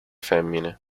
femmine